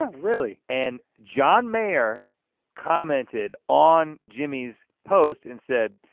ah really. and john mayer commented on jimmy's post and said,